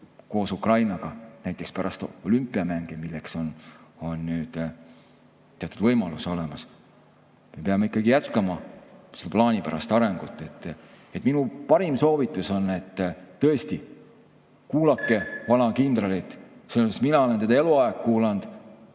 nagu Ukrainas näiteks pärast olümpiamänge, milleks on nüüd teatud võimalus olemas. Me peame jätkama seda plaanipärast arengut. Minu parim soovitus on, et tõesti kuulake vana kindralit. Mina olen teda eluaeg kuulanud.